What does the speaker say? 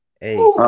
hey